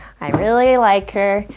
i really like her,